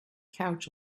couch